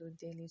Daily